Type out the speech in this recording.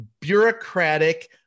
bureaucratic